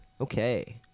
Okay